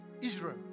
Israel